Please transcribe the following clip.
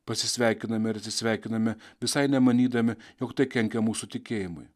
pasisveikiname ir atsisveikiname visai nemanydami jog tai kenkia mūsų tikėjimui